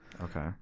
okay